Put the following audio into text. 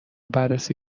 بررسی